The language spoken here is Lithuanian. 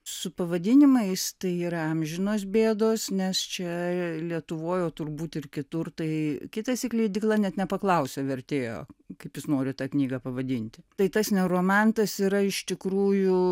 su pavadinimais tai yra amžinos bėdos nes čia lietuvoj o turbūt ir kitur tai kitąsyk leidykla net nepaklausė vertėjo kaip jis nori tą knygą pavadinti tai tas neo romantas yra iš tikrųjų